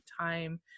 time